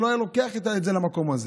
שלא היה לוקח את זה למקום הזה.